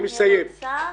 אני רוצה